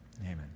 Amen